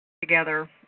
together